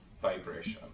vibration